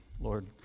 Lord